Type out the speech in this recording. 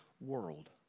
world